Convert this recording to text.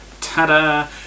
ta-da